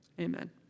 Amen